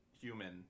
human